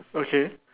okay